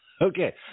Okay